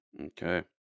Okay